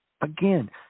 Again